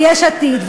יש עתיד.